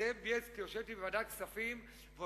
זאב בילסקי יושב אתי בוועדת הכספים ויכול